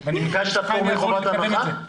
ביקשת פטור מחובת הנחה על הצעת החוק?